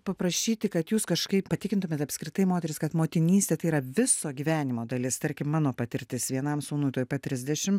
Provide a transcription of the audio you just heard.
paprašyti kad jūs kažkaip patikintumėt apskritai moteris kad motinystė tai yra viso gyvenimo dalis tarkim mano patirtis vienam sūnui tuoj pat trisdešim